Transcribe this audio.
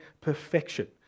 perfection